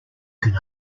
can